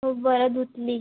हो बरं धुतली